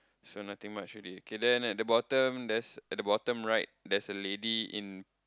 so nothing much in it okay then at the bottom there's at the bottom right there's a lady in